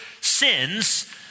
sins